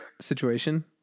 situation